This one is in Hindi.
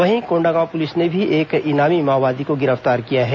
वहीं कोंडागांव पुलिस ने भी एक इनामी माओवादी को गिरफ्तार किया है